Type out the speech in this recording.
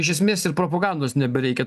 iš esmės ir propagandos nebereikia